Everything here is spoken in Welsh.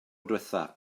diwethaf